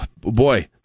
boy